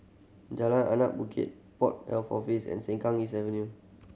Jalan Anak Bukit Port Health Office and Sengkang East Avenue